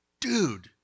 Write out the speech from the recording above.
dude